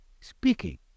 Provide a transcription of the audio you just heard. speaking